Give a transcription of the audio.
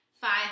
five